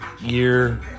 year